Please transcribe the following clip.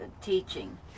teaching